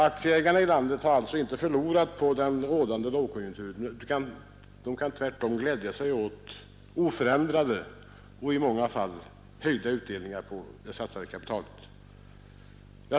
Aktieägarna i landet har alltså inte förlorat på den rådande lågkonjunkturen utan kan tvärtom glädja sig åt oförändrade och i många fall höjda utdelningar på det satsade kapitalet.